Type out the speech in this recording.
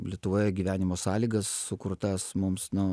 lietuvoje gyvenimo sąlygas sukurtas mums nu